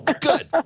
Good